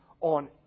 on